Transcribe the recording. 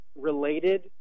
related